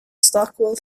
stockwell